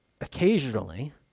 occasionally